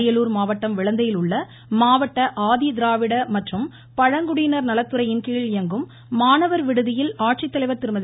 அரியலூர் மாவட்டம் விளந்தையில் உள்ள மாவட்ட ஆதி திராவிட மற்றும் பழங்குடியினர் நலத்துறையினரின்கீழ் இயங்கும் மாணவர் விடுகியில் ஆட்சித்தலைவர் திருமதி